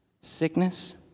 sickness